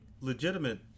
legitimate